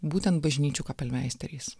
būtent bažnyčių kapelmeisteriais